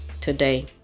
today